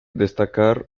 destacar